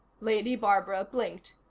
lady barbara blinked.